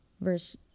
Verse